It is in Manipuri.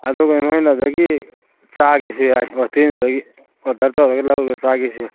ꯑꯗꯨꯒ ꯅꯣꯏꯅ ꯑꯗꯒꯤ ꯆꯥꯒꯦꯁꯨ ꯌꯥꯏ ꯍꯣꯇꯦꯜꯗꯨꯗꯒꯤ ꯑꯣꯗꯔ ꯇꯧꯔꯒ ꯂꯧꯔꯒ ꯆꯥꯒꯦꯁꯨ ꯌꯥꯏ